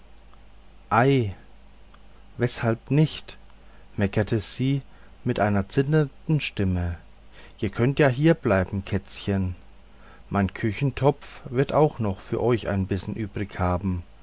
weshalb nicht meckerte sie mit einer zitternden stimme ihr könnt ja hierbleiben kätzchen mein küchentopf wird auch noch für euch einen bissen übrig haben